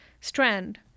strand